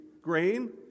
grain